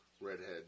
Redhead